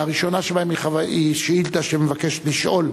הראשונה שבהן היא שאילתא שמבקשת לשאול